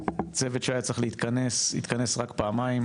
צוות שהיה צריך להתכנס, התכנס רק בפעמיים.